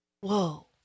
whoa